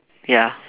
ya